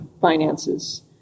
finances